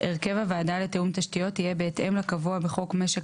הרכב הוועדה לתיאום תשתיות יהיה בהתאם לקבוע בחוק משק